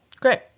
great